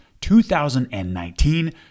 2019